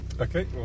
Okay